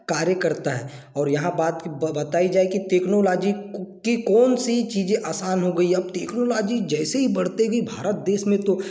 कार्य करता है और यहाँ बात बताई जाए कि टेक्नोलॉजी की कौन सी चीज़ें आसान हो गई हैं अब टेक्नोलॉजी जैसे ही बढ़ते गई भारत देश में तो